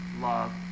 love